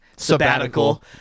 sabbatical